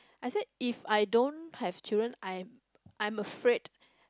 I said if I don't have children I I'm afraid